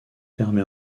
permet